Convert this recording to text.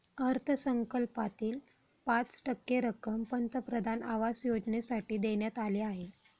अर्थसंकल्पातील पाच टक्के रक्कम पंतप्रधान आवास योजनेसाठी देण्यात आली आहे